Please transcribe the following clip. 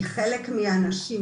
כי חלק מהאנשים,